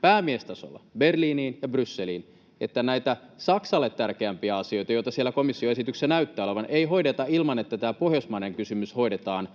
päämiestasolla Berliiniin ja Brysseliin, että näitä Saksalle tärkeämpiä asioita, joita siellä komission esityksessä näyttää olevan, ei hoideta ilman, että tämä pohjoismainen kysymys hoidetaan